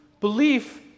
Belief